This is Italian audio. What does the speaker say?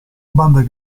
banda